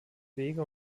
wege